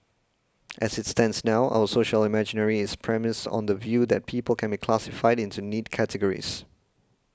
as it stands now our social imaginary is premised on the view that people can be classified into neat categories